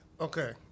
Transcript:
Okay